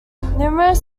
numerous